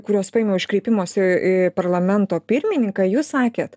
kuriuos paėmiau iš kreipimosi į parlamento pirmininką jūs sakėt